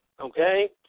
okay